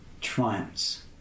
triumphs